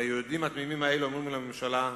והיהודים התמימים האלה אומרים לממשלה: